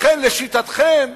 לכן, לשיטתכם,